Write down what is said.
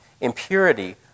impurity